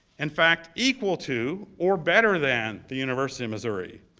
in fact, equal to or better than the university of missouri.